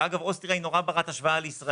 אגב, אוסטריה היא מאוד ברת השוואה לישראל